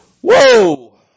Whoa